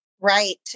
Right